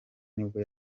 nibwo